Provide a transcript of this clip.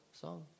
song